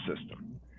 system